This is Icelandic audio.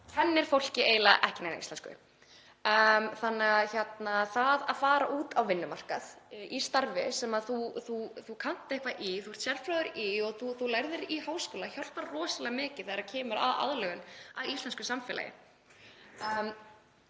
kennir fólki eiginlega ekki neina íslensku. Það að fara út á vinnumarkað, í starf sem fólk kann eitthvað í, er sérfrótt í, sem það lærði í háskóla, hjálpar rosalega mikið þegar kemur að aðlögun að íslensku samfélagi.